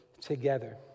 together